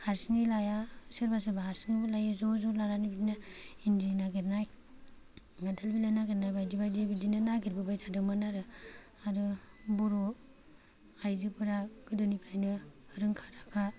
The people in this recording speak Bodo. हारसिङै लाया सोरबा सोरबा हारसिङैबो लायो ज' ज' लानानै बिदिनो इन्दि नागिरनाय खान्थाल बिलाइ नागिरनाय बायदि बायदि बिदिनो नागिरबोबाय थादोंमोन आरो आरो बर' आयजोफोरा गोदोनिफ्रायनो रोंखा राखा